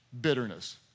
bitterness